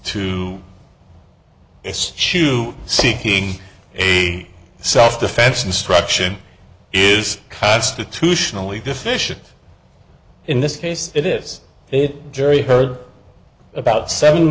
chew seeking a self defense instruction is constitutionally deficient in this case it is it jury heard about seven